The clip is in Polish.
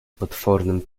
potwornym